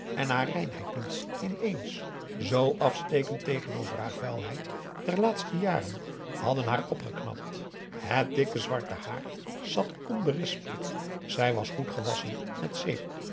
en haar reinheid nu ineens zoo afstekend tegenover haar vuilheid der laatste jaren hadden haar opgeknapt het dikke zwarte haar zat onberispelijk zij was goed gewasschen met zeep